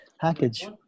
package